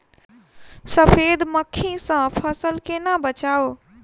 सफेद मक्खी सँ फसल केना बचाऊ?